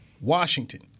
Washington